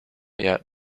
yet